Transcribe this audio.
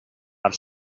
per